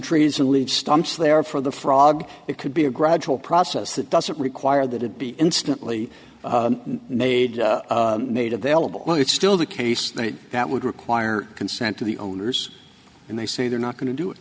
trees and leave stumps there for the frog it could be a gradual process that doesn't require that it be instantly made made available it's still the case that that would require consent of the owners and they say they're not going to do